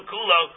Kulo